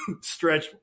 stretch